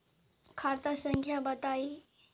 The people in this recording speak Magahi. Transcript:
खाता संख्या बताई?